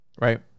right